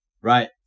Right